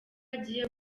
agiye